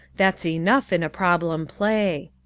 that's enough in a problem play.